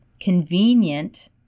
convenient